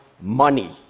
money